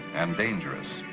and dangerous.